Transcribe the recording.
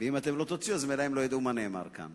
ואם אתם לא תוציאו, ממילא הם לא ידעו מה נאמר כאן.